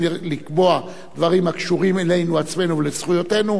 לקבוע דברים הקשורים אלינו עצמנו ולזכויותינו,